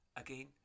Again